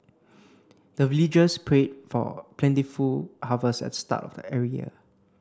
the villagers prayed for plentiful harvest at start of every year